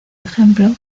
ejemplo